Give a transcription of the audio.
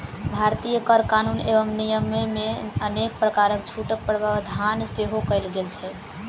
भारतीय कर कानून एवं नियममे अनेक प्रकारक छूटक प्रावधान सेहो कयल गेल छै